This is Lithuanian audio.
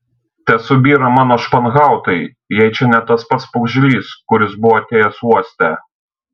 tesubyra mano španhautai jei čia ne tas pats pūgžlys kuris buvo atėjęs uoste